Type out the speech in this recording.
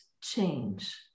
change